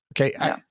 Okay